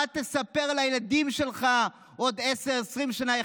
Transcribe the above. מה תספר לילדים שלך עוד 10, 20 שנה?